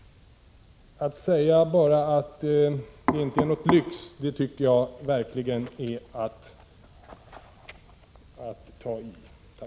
Att bara säga att det inte finns någon lyx för de handikappade tycker jag verkligen är att ta till i underkant.